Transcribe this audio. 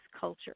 culture